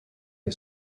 que